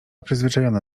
przyzwyczajona